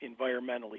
environmentally